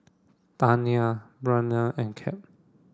Tania Braiden and Cap